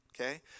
okay